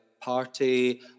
party